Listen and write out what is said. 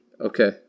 Okay